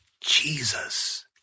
Jesus